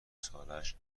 سالش